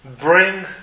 bring